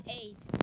eight